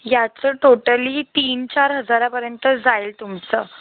याचं टोटली तीन चार हजारापर्यंत जाईल तुमचं